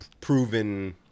proven